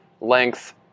length